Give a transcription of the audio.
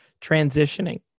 transitioning